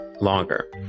longer